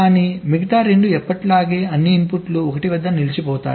కాని మిగతా 2 ఎప్పటిలాగే అన్ని ఇన్పుట్లు 1 వద్ద నిలిచిపోతాయి